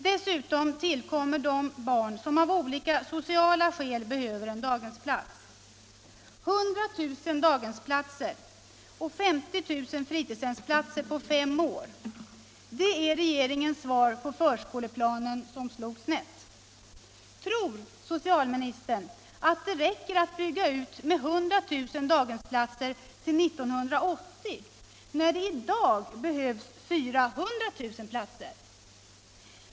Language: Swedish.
Dessutom tillkommer de barn som av olika sociala skäl behöver en daghemsplats. 100 000 daghemsplatser och 50 000 fritidshemsplatser på fem år — det är regeringens svar på förskoleplanen som slog snett. Tror socialministern att det räcker att bygga ut med 100 000 daghemsplatser till 1980, när det i dag behövs 400 000 platser?